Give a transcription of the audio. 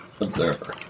observer